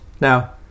Now